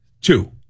Two